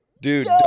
dude